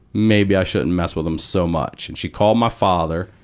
maybe i shouldn't mess with him so much. and she called my father,